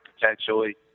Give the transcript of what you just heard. potentially